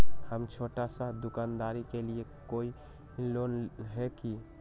हम छोटा सा दुकानदारी के लिए कोई लोन है कि?